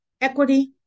equity